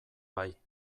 bai